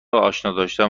آشناداشتن